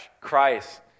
Christ